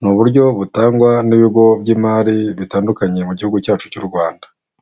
ni uburyo butangwa n'ibigo by'imari bitandukanye mu gihugu cyacu cy'u Rwanda.